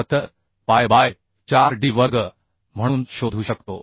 78 pi by 4D वर्ग म्हणून शोधू शकतो